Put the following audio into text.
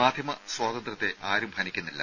മാധ്യമ സ്വാതന്ത്ര്യത്തെ ആരും ഹനിക്കുന്നില്ല